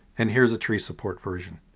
and here's a tree support version.